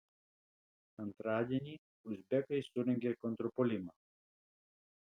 antradienį uzbekai surengė kontrpuolimą